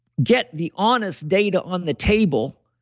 get the honest data on the table,